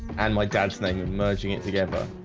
and my dad's thing and merging it together.